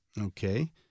Okay